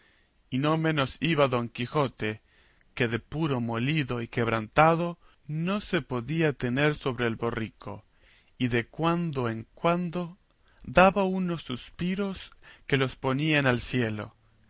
y no menos iba don quijote que de puro molido y quebrantado no se podía tener sobre el borrico y de cuando en cuando daba unos suspiros que los ponía en el cielo